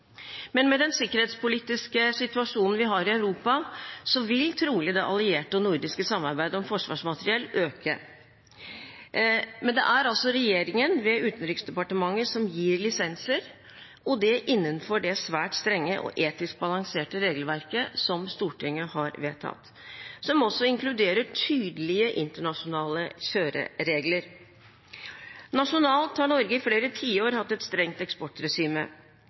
Men det er altså regjeringen, ved Utenriksdepartementet, som gir lisenser, og det innenfor det svært strenge og etisk balanserte regelverket som Stortinget har vedtatt, som også inkluderer tydelige internasjonale kjøreregler. Nasjonalt har Norge i flere tiår hatt et strengt eksportregime.